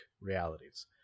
realities